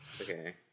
Okay